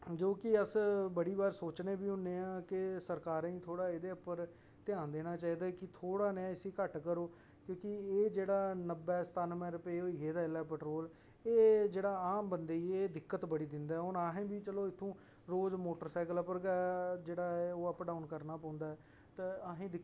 जो कि अस बड़ी बार सोचने बी होन्ने आं के सरकारै गी थोहड़ा एहदे उप्पर घ्यान देना चाहिदा कि थोह्ड़ा नेहा इसी घट्ट करो क्योकि एह् जेहड़ा नब्बै सतानवैं रुपये होई गेदा एल्लै पेट्रोल एह् जेहड़ा आम बंदे गी एह् दिक्कत बड़ी दिंदा ऐ हून असें गी बी चलो इत्थै रोज मोटरसाइक्ल उप्पर गै जेहड़ा ऐ अप डाउन करना पौंदा ऐ ते असें गी दिक्कत पौंदी ऐ